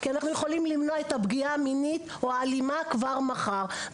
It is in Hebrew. כי אנחנו יכולים למנוע את הפגיעה המינית או האלימה כבר מחר.